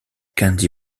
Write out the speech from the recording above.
candy